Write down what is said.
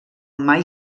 mai